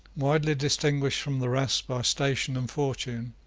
widely distinguished from the rest by station and fortune,